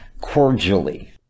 cordially